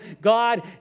God